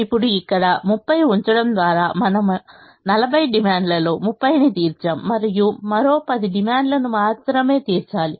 ఇప్పుడు ఇక్కడ 30 ఉంచడం ద్వారా మనము 40 డిమాండ్లలో 30 ని తీర్చాము మరియు మరో 10 డిమాండ్లను మాత్రమే తీర్చాలి